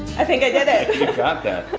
i think i did it. you got that.